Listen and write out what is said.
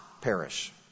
perish